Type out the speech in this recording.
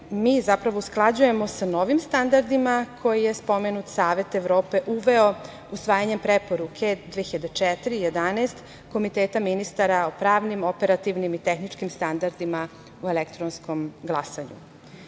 mi zapravo usklađujemo sa novim standardima koje je spomenuti Savet Evrope uveo usvajanjem Preporuke 2004/11 Komiteta ministara o pravnim, operativnim i tehničkim standardima u elektronskom glasanju. Imajući